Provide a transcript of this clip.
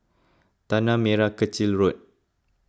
Tanah Merah Kechil Road